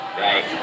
Right